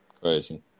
Crazy